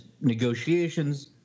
negotiations